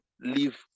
Leave